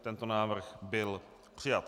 Tento návrh byl přijat.